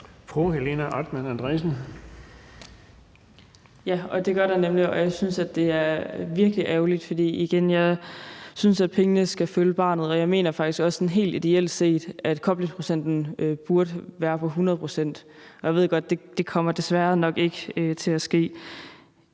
Helena Artmann Andresen (LA): Ja, og det gør der nemlig, og jeg synes, at det er virkelig ærgerligt, for igen synes jeg, at pengene skal følge barnet, og jeg mener faktisk også sådan helt ideelt set, at koblingsprocenten burde være på 100. Og jeg ved godt, at det desværre nok ikke kommer til at ske.